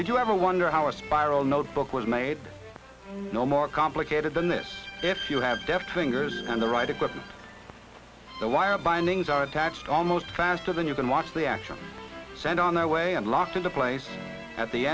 did you ever wonder how a spiral notebook was made no more complicated than that if you had deft fingers and the right equipment the wire bindings are attached almost faster than you can watch the action sent on our way and locked into place at the